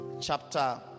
chapter